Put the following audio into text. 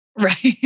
Right